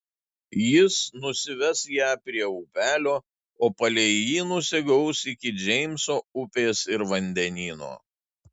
jis nusives ją prie upelio o palei jį nusigaus iki džeimso upės ir vandenyno